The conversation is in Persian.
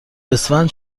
اسفند